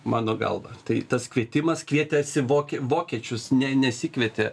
mano galva tai tas kvietimas kvietėsi vokie vokiečius ne nesikvietė